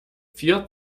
vier